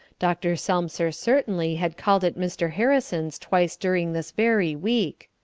dr. selmser certainly had called at mr. harrison's twice during this very week.